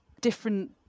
different